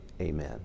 Amen